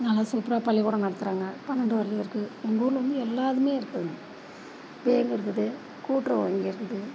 நல்லா சூப்பராக பள்ளிக்கூடம் நடத்துறாங்க பன்னெண்டு வரலேயும் இருக்குது எங்கள் ஊரில் வந்து எல்லா இதுவுமே இருக்குதுங்க பேங்க் இருக்குது கூட்டுறவு வங்கி இருக்குது